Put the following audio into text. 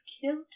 killed